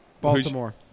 Baltimore